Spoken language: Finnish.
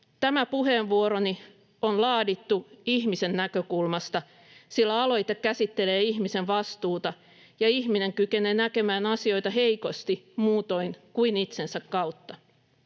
Tämä puheenvuoroni on laadittu ihmisen näkökulmasta, sillä aloite käsittelee ihmisen vastuuta ja ihminen kykenee näkemään asioita heikosti muutoin kuin itsensä kautta.